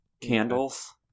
Candles